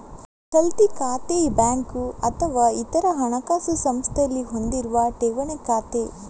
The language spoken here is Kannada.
ಚಾಲ್ತಿ ಖಾತೆ ಬ್ಯಾಂಕು ಅಥವಾ ಇತರ ಹಣಕಾಸು ಸಂಸ್ಥೆಯಲ್ಲಿ ಹೊಂದಿರುವ ಠೇವಣಿ ಖಾತೆ